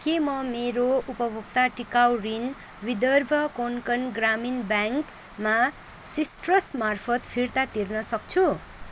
के म मेरो उपभोक्ता टिकाउ ऋण विदर्भ कोङ्कण ग्रामीण ब्याङ्कमा सिट्रसमार्फत फिर्ता तिर्न सक्छु